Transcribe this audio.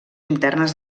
internes